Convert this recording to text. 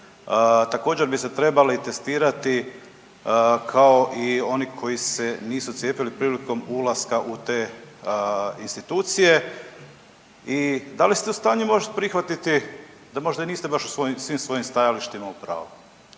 također bi se trebali testirati kao i oni koji se nisu cijepili prilikom ulaska u te institucije? I da li ste u stanju možete prihvatiti da možda i niste u svim svojim stajalištima u pravu?